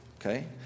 okay